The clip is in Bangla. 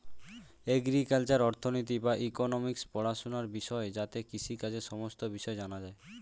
এগ্রিকালচারাল অর্থনীতি বা ইকোনোমিক্স পড়াশোনার বিষয় যাতে কৃষিকাজের সমস্ত বিষয় জানা যায়